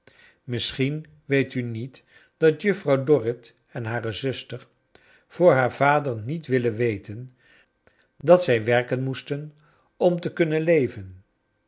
misschien weet u niet dat juffrouw dorrit en hare zuster voor haar vader niet wilden weten dat zij werken moesten om te kunnen leven